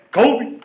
Kobe